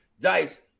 Dice